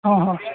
હં હં